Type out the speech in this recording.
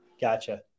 gotcha